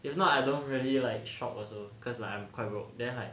if not I don't really like shop also cause like I'm quite broke then like